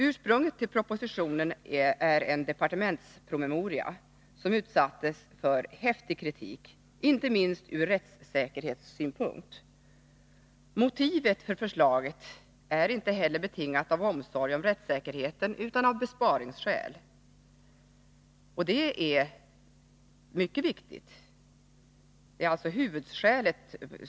Ursprunget till propositionen är en departementspromemoria som utsattes för häftig kritik, inte minst ur rättssäkerhetssynpunkt. Motivet för förslaget är inte heller betingat av omsorg om rättssäkerheten, utan av besparingsskäl — utskottets talesman sade att detta var huvudskälet.